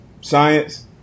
science